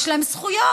יש להם זכויות,